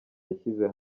yashyize